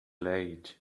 late